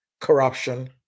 corruption